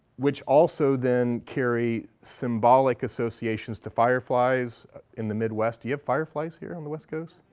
which also then carry symbolic associations to fireflies in the midwest do you have fireflies here on the west coast?